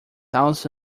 also